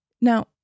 Now